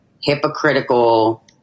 hypocritical